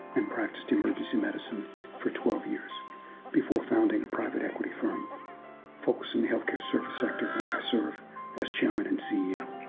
and practiced emergency medicine for twelve years before founding a private equity firm focused on the healthcare service sector where i serve as chairman and ceo.